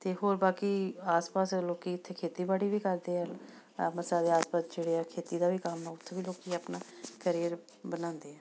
ਅਤੇ ਹੋਰ ਬਾਕੀ ਆਸ ਪਾਸ ਲੋਕ ਇੱਥੇ ਖੇਤੀਬਾੜੀ ਵੀ ਕਰਦੇ ਆ ਅੰਮ੍ਰਿਤਸਰ ਦੇ ਆਸ ਪਾਸ ਜਿਹੜੇ ਆ ਖੇਤੀ ਦਾ ਵੀ ਕੰਮ ਉੱਥੇ ਵੀ ਲੋਕ ਆਪਣਾ ਕਰੀਅਰ ਬਣਾਉਂਦੇ ਆ